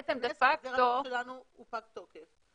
ברגע שהוא ייכנס, החוק שלנו פג תוקף.